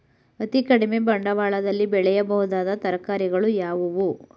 ಅತೀ ಕಡಿಮೆ ಬಂಡವಾಳದಲ್ಲಿ ಬೆಳೆಯಬಹುದಾದ ತರಕಾರಿಗಳು ಯಾವುವು?